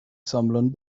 sammlern